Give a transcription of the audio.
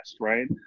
right